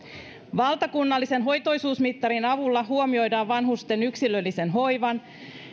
valtakunnallisen hoitoisuusmittarin avulla huomioidaan vanhusten yksilöllisen hoivan